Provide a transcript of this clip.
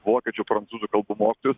vokiečių prancūzų kalbų mokytojus